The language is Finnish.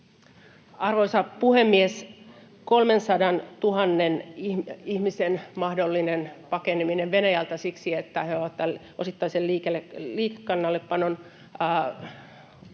Arvoisa puhemies! 300 000:n ihmisen mahdollinen pakeneminen Venäjältä siksi, että he ovat osittaisen liikekannallepanon kohteita: